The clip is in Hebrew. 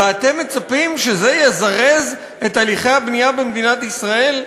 ואתם מצפים שזה יזרז את הליכי הבנייה במדינת ישראל?